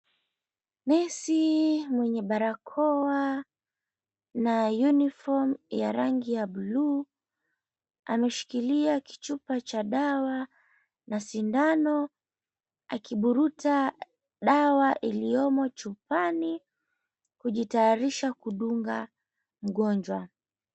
Nesi mwenye barakoa na uniform ya rangi ya buluu ameshikilia kichupa cha dawa na sindano akivuruta dawa iliomo chupani kujitayarisha kudunga mgonjwa.